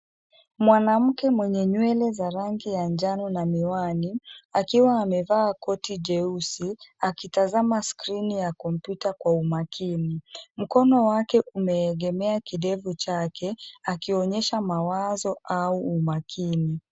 Mwanamke mwenye nywele za rangi ya njano na miwani, akiwa amevaa koti jeusi, akitazama skrini ya komputa kwa makini, Mkono wake umeegemea kidevu chake akionyesha mawazo au umakini.